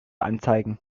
anzeigen